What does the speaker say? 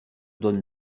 donne